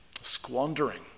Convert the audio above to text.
squandering